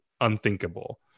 unthinkable